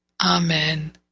Amen